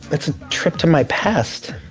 it's a trip to my past.